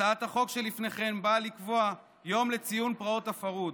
הצעת החוק שלפניכם באה לקבוע יום לציון פרעות הפרהוד,